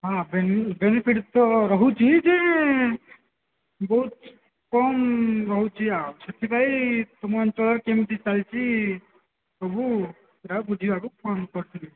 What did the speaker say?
ହଁ ବେନି ବେନିଫିଟ୍ ତ ରହୁଛି ଯେ ବହୁତ କମ୍ ରହୁଛି ଆଉ ସେଥିପାଇଁ ତୁମ ଅଞ୍ଚଳରେ କେମିତି ଚାଲିଛି ସବୁ ହେରା ବୁଝିବାକୁ ଫୋନ୍ କରିଥିଲି